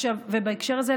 בהקשר הזה,